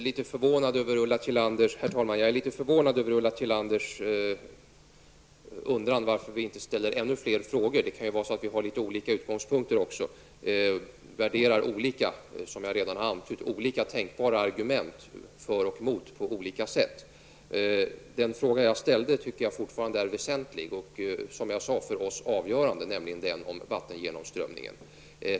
Herr talman! Jag är litet förvånad över Ulla Tillanders undran varför vi inte ställer ännu fler frågor. Det kan vara så att vi har litet olika utgångspunkter och värderar, som jag redan antydde, olika tänkbara argument för och emot på olika sätt. Den fråga som jag ställde tycker jag fortfarande är väsentlig och, som jag sade, för oss avgörande, nämligen frågan om vattengenomströmningen.